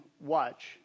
watch